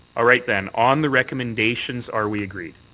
ah right then. on the recommendations, are we agreed?